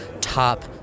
top